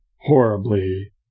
horribly